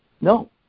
no